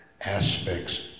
aspects